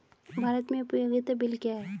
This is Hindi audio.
भारत में उपयोगिता बिल क्या हैं?